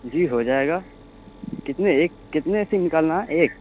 جی ہو جائے گا کتنے ایک کتنے سم نکالنا ہے ایک